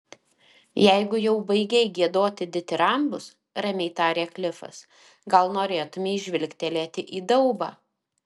jeigu jau baigei giedoti ditirambus ramiai tarė klifas gal norėtumei žvilgtelėti į daubą